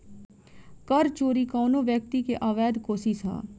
कर चोरी कवनो व्यक्ति के अवैध कोशिस ह